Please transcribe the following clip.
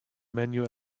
menu